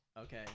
Okay